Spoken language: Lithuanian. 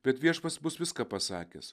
bet viešpats bus viską pasakęs